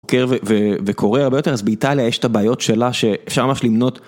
וקורא הרבה יותר אז באיטליה יש את הבעיות שלה שאפשר ממש למנות.